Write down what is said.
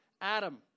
Adam